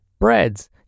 breads